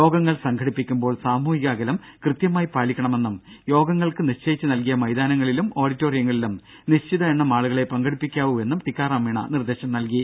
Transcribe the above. യോഗങ്ങൾ സംഘടിപ്പിക്കുമ്പോൾ സാമൂഹിക അകലം കൃത്യമായി പാലിക്കണമെന്നും യോഗങ്ങൾക്ക് നിശ്ചയിച്ച് നൽകിയ മൈതാനങ്ങളിലും ഓഡിറ്റോറിയങ്ങളിലും നിശ്ചിത എണ്ണം ആളുകളെയേ പങ്കെടുപ്പിക്കാവൂ എന്നും ടിക്കാറാം മീണ നിർദ്ദേശം നൽകി